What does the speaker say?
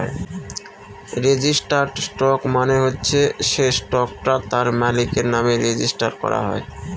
registered stock মানে হচ্ছে সে স্টকটা তার মালিকের নামে রেজিস্টার করা হয়